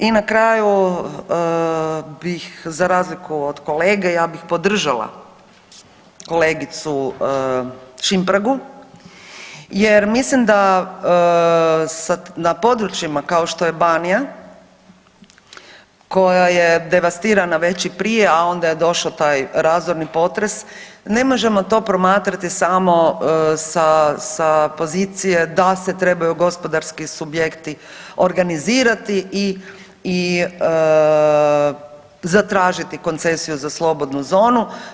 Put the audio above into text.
I na kraju bih za razliku od kolege, ja bih podržala kolegicu Šimpragu jer mislim da sad na područjima kao što je Banija koja je devastirana već i prije, a onda je došao taj razorni potres ne možemo to promatrati samo sa, sa pozicije da se trebaju gospodarski subjekti organizirati i zatražiti koncesiju za slobodnu zonu.